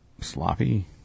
Sloppy